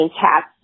cats